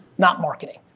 not marketing.